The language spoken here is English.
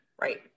Right